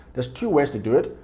there's two ways to do it,